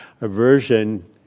aversion